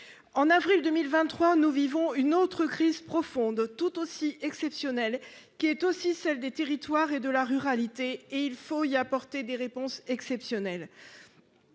En avril 2023. Nous vivons une autre crise profonde tout aussi exceptionnelle qui est aussi celle des territoires et de la ruralité et il faut y apporter des réponses exceptionnelles.